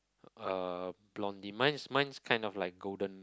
uh blondie mine is mine is kind of like golden